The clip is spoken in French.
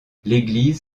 l’église